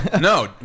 No